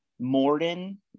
morden